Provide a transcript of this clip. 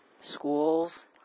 schools